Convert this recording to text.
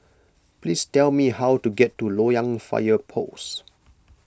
please tell me how to get to Loyang Fire Post